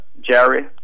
Jerry